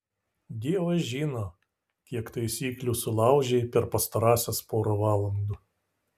dievas žino kiek taisyklių sulaužei per pastarąsias porą valandų